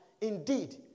indeed